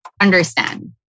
understand